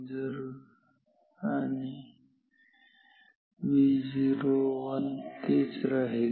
तर Vo1 तेच राहील